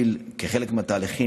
כחלק מהתהליכים,